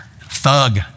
thug